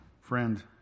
friend